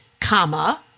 comma